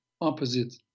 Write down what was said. opposite